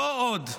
לא עוד.